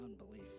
unbelief